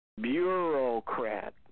Bureaucrat